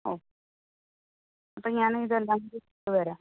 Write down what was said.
ഓ അപ്പോൾ ഞാനിതെല്ലാം കൂടി എടുത്തിട്ട് വരാം